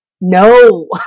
no